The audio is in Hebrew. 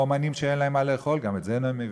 אמנים שאין להם מה לאכול, גם את זה אני מבין.